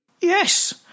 Yes